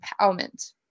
empowerment